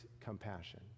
compassion